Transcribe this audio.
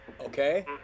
Okay